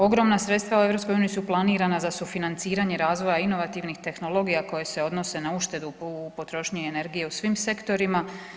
Ogromna sredstva u EU su planirana za sufinanciranje razvoja inovativnih tehnologija koje se odnose na uštedu u potrošnji energije u svim sektorima.